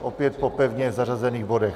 Opět po pevně zařazených bodech.